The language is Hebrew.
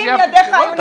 אם ידיך היו נקיות,